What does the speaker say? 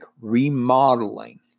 remodeling